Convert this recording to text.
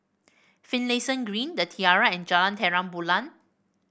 Finlayson Green The Tiara and Jalan Terang Bulan